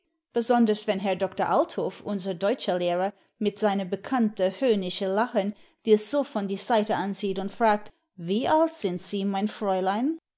besonders wenn herr doktor althoff unser deutscher lehrer mit seine bekannte höhnische lachen dir so von die seiten ansieht und fragt wie alt sind sie mein fräulein